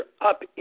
up